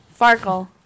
Farkle